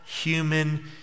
human